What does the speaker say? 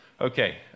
Okay